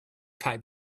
packed